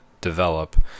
develop